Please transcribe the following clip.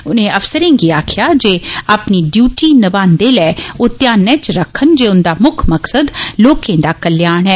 उनें अफसरें गी आक्खेआ जे अपनी ड्यूटी नभाने लै ओह ध्यानै च रक्खन जे उंदा मुक्ख मकसद लोकें दा कल्याण ऐ